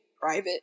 private